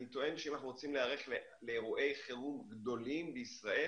אני טוען שאם אנחנו רוצים להיערך לאירועי חירום גדולים בישראל